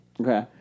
Okay